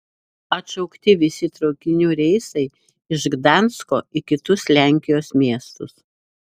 atšaukti visi traukinių reisai iš gdansko į kitus lenkijos miestus